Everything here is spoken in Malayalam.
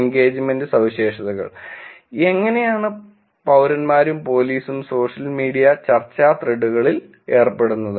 എൻഗേജ്മെന്റ് സവിശേഷതകൾ എങ്ങനെയാണ് പൌരന്മാരും പോലീസും സോഷ്യൽ മീഡിയ ചർച്ചാ ത്രെഡുകളിൽ ഏർപ്പെടുന്നത്